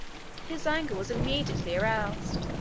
his anger was immediately aroused.